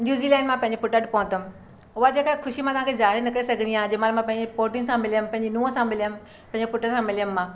New Zealand मां पंहिंजे पुटु वटि पहुतमि उहा जेकी ख़ुशी मां तव्हांखे ज़ाहिर न करे सघंदी आहियां जंहिं महिल मां पंहिंजे पोटीनि सां मिलियमि पंहिंजी नुंहुं सां मिलियमि पंहिंजे पुटु सां मिलियमि मां